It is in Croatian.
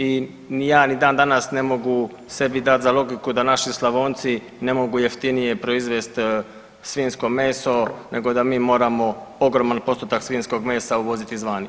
I ja ni dan danas ne mogu dati za logiku da naši Slavonci ne mogu jeftinije proizvesti svinjsko meso, nego da mi moramo ogroman postotak svinjskog mesa uvoziti izvana.